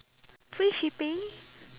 free shipping